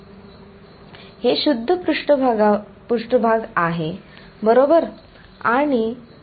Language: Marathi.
z' ओरिजिनच्या बाजूने जाते होय z अक्षाबरोबरच हे सर्व आहे आणि निरीक्षण बिंदू आता अगदी अंतरावर आहे येथे संपूर्ण सममितीय परिस्थिती आहे